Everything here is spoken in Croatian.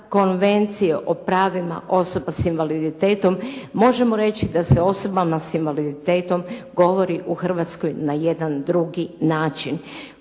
Konvencije o pravima osoba s invaliditetom možemo reći da se o osobama s invaliditetom govori u Hrvatskoj na jedan drugi način.